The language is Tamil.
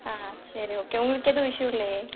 ஆ சரி ஓகே உங்களுக்கு எதுவும் இஷ்யூ இல்லையே